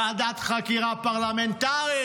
ועדת חקירה פרלמנטרית,